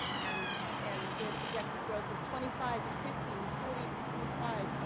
and and their projected growth was twenty five to fifty, forty to seventy five,